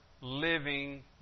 living